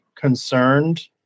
concerned